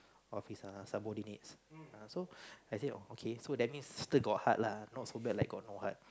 of his {uh) subordinates uh so I say oh okay so that means still got heart lah not so bad like got no heart